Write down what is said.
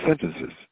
sentences